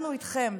אנחנו איתכם,